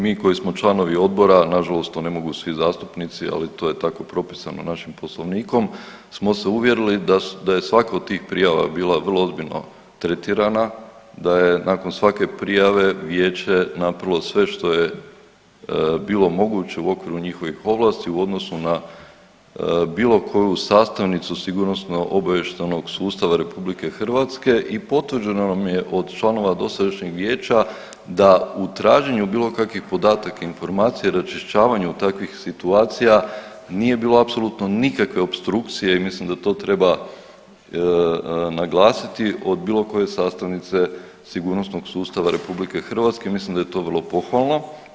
Mi koji smo članovi odbora nažalost to ne mogu svi zastupnici, ali to je tako propisano našim poslovnikom smo se uvjerili da je svaka od tih prijava bila vrlo ozbiljno tretirana, da je nakon svake prijave vijeće napravilo sve što je bilo moguće u okviru njihovih ovlasti u odnosu na bilo koju sastavnicu sigurnosno-obavještajnog sustava RH i potvrđeno nam je od članova dosadašnjeg vijeća da u traženju bilo kakvih podataka informacija u raščišćavanju takvih situacija nije bilo apsolutno nikakve opstrukcije i mislim da to treba naglasiti od bilo koje sastavnice sigurnosnog sustava RH i mislim da je to vrlo pohvalno.